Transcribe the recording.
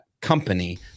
company